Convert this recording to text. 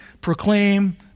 proclaim